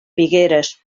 figueres